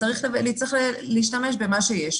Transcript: וצריך להשתמש במה שיש,